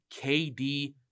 KD